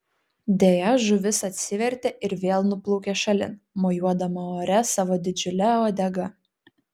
deja žuvis atsivertė ir vėl nuplaukė šalin mojuodama ore savo didžiule uodega